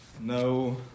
no